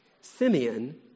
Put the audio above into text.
Simeon